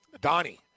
Donnie